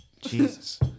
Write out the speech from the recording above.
Jesus